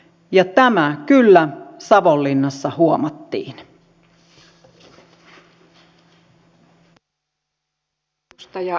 ja tämä kyllä savonlinnassa huomattiin